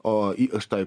o į aš taip